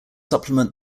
supplement